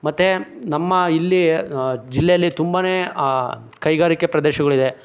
ಮತ್ತೆ ನಮ್ಮ ಇಲ್ಲಿ ಜಿಲ್ಲೆಯಲ್ಲಿ ತುಂಬ ಕೈಗಾರಿಕೆ ಪ್ರದೇಶಗಳಿದೆ